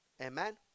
amen